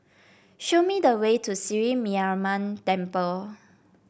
show me the way to Sri Mariamman Temple